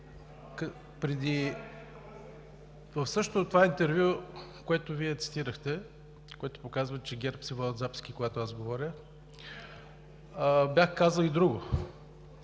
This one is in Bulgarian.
В същото това интервю, което Вие цитирахте, което показва, че ГЕРБ си водят записки, когато аз говоря, бях казал и друго.